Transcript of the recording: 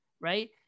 right